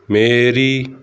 ਮੇਰੀ